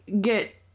get